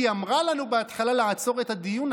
היא אמרה לנו בהתחלה לעצור את הדיון,